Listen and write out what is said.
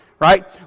right